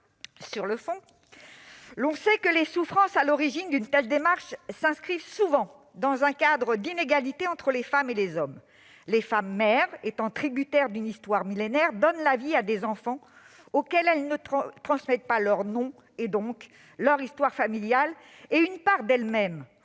sur le fond, on sait que les souffrances à l'origine d'une telle démarche s'inscrivent souvent dans un cadre d'inégalités entre les femmes et les hommes. Les femmes, mères, tributaires d'une histoire millénaire, donnent la vie à des enfants auxquels elles ne transmettraient pas leur nom et donc leur histoire familiale et une part d'elles-mêmes,